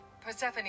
Persephone